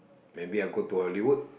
maybe I go to Hollywood